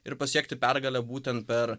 ir pasiekti pergalę būtent per